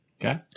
Okay